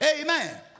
Amen